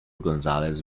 gonzales